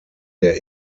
der